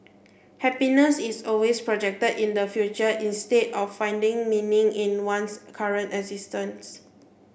happiness is always projected in the future instead of finding meaning in one's current existence